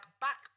back